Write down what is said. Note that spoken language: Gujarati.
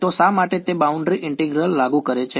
તો શા માટે તે બાઉન્ડ્રી ઇન્ટિગ્રલ લાગુ કરે છે